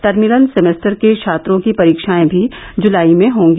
terminal semester के छात्रों की परीक्षाएं भी जुलाई में होंगी